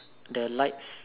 the lights